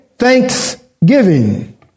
thanksgiving